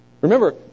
Remember